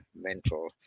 mental